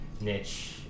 niche